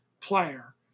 player